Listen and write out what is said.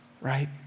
right